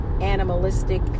animalistic